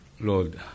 Lord